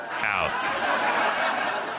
out